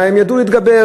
והן ידעו להתגבר,